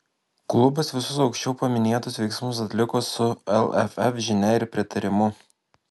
klubas visus aukščiau paminėtus veiksmus atliko su lff žinia ir pritarimu